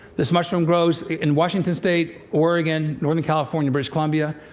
this mushroom grows in washington state, oregon, northern california, british columbia,